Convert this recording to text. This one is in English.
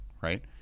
right